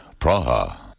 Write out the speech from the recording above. Praha